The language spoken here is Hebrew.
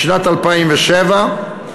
בשנת 2007,